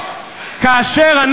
חבר הכנסת בר,